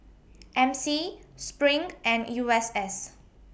M C SPRING and U S S